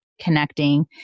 connecting